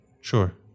Sure